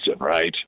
right